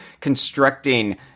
constructing